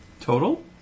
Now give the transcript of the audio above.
Total